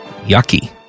Yucky